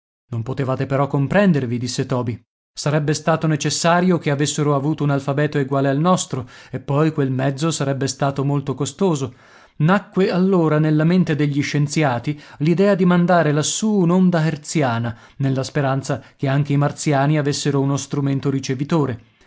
non potevate però comprendervi disse toby sarebbe stato necessario che avessero avuto un alfabeto eguale al nostro e poi quel mezzo sarebbe stato molto costoso nacque allora nella mente degli scienziati l'idea di mandare lassù un'onda herziana nella speranza che anche i martiani avessero uno strumento ricevitore